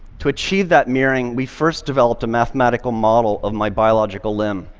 to achieve that mirroring, we first developed a mathematical model of my biological limb.